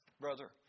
brother